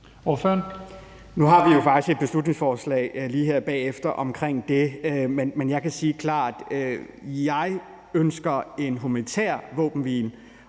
Nu har vi jo faktisk et beslutningsforslag lige her bagefter omkring det. Men jeg kan sige klart, at jeg ønsker en humanitær våbenhvile,